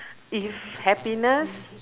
if happiness